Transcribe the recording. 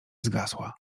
zgasła